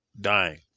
dying